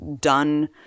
done